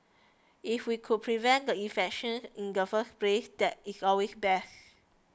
if we could prevent the infection in the first place that is always best